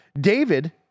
David